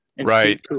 Right